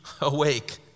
awake